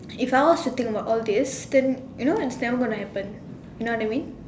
if I was to think about all this you know then it's never gonna happen you know what I mean